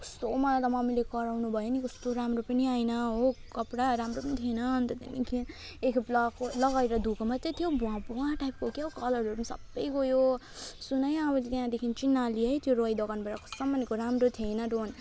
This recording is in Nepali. कस्तो मलाई त मम्मीले कराउनुभयो नि कस्तो राम्रो पनि आएन हो कपडा राम्रो पनि थिएन अनि त त्यहाँदेखिन् एकखेप लगाएको लगाएर धोएको मात्रै थियो भुवा भुवा टाइपको क्या कलरहरू सबै गयो सुन है अब चाहिँ त्यहाँदेखिन् चाहिँ नलिए है त्यो रोय दोकानबाट कसम भनेको राम्रो थिएन